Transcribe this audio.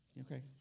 Okay